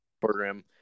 program